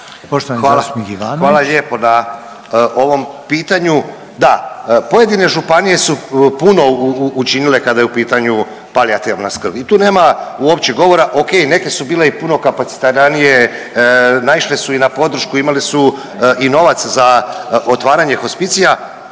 Hvala lijepo na ovom pitanju. Da, pojedine županije su puno učinile kada je u pitanju palijativna skrb i tu nema uopće govora. O.k. Neke su bile i puno kapacitiranije, naišle su i na podršku, imale su i novac za otvaranje hospicija.